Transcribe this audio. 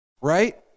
Right